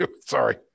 Sorry